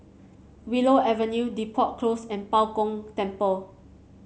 Willow Avenue Depot Close and Bao Gong Temple